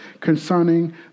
concerning